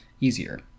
easier